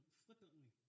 flippantly